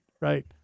right